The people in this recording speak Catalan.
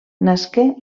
nasqué